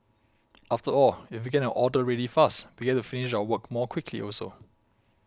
after all if we get an order ready faster we get to finish our work more quickly also